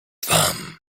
wam